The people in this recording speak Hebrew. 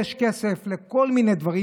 יש כסף לכל מיני דברים,